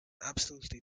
absolutely